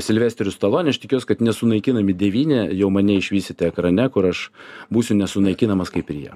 silvesteriu staloni aš tikiuos kad nesunaikinami devyni jau mane išvysite ekrane kur aš būsiu nesunaikinamas kaip ir jie